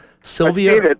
Sylvia